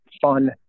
fun